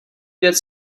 věc